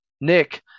Nick